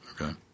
Okay